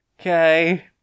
Okay